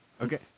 Okay